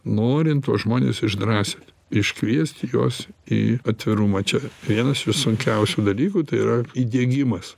norint tuos žmones išdrąsint iškviesti juos į atvirumą čia vienas iš sunkiausių dalykų tai yra įdiegimas